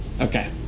Okay